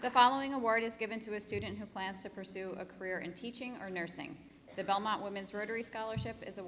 the following award is given to a student who plans to pursue a career in teaching or nursing the belmont women's rotary scholarship is a